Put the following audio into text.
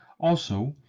also,